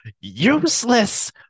Useless